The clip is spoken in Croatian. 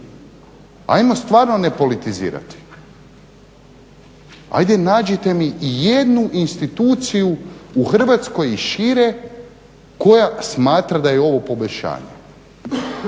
Hajde nađite mi i jednu instituciju u Hrvatskoj i šire koja smatra da je ovo poboljšanje,